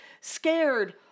scared